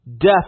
Death